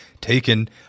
taken